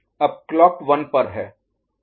अब क्लॉक 1 पर है